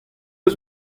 eus